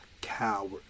coward